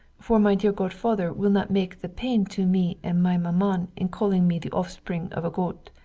for my dear godfather will not make the pain to me and my maman in calling me the offspring of a goat.